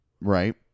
Right